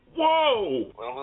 Whoa